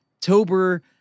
tober